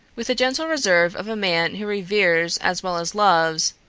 with the gentle reserve of a man who reveres as well as loves,